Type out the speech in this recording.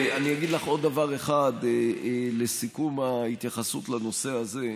אני אגיד לך עוד דבר אחד לסיכום ההתייחסות לנושא הזה,